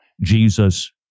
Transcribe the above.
Jesus